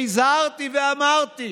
הזהרתי ואמרתי: